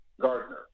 Gardner